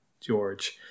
George